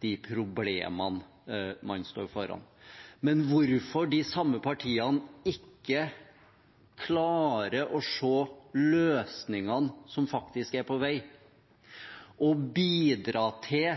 de problemene man står foran. Men hvorfor de samme partiene ikke klarer å se løsningene som faktisk er på vei, og bidra til